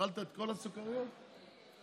אכלת את כל הסוכריות, אה?